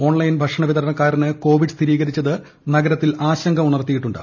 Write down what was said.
online ഭക്ഷണഷ്ടിത്തുർണക്കാരന് Covid സ്ഥിരീകരിച്ചത് നഗരത്തിൽ ആശങ്ക ഉണർത്തിയിട്ടുണ്ട്